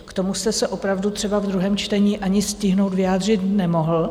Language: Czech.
K tomu jste se opravdu třeba v druhém čtení ani stihnout vyjádřit nemohl.